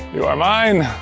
you are mine.